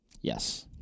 Yes